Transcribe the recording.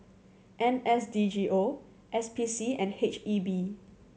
N S D G O S P C and H E B